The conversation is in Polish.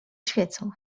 świecą